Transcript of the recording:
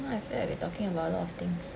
now I feel like we're talking about a lot of things